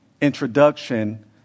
introduction